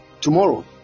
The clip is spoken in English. tomorrow